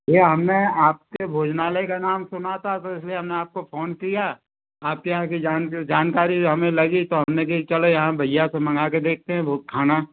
ये हमें आपके भोजनालय का नाम सुना था तो इसलिए हमने आपको फ़ोन किया आपके यहाँ की जानकारी हमें लगी तो हमने कहा कि चलो यहाँ भैया से मंगा के देखते हैं खाना